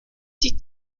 die